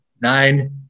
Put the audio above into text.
nine